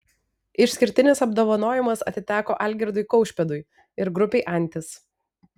išskirtinis apdovanojimas atiteko algirdui kaušpėdui ir grupei antis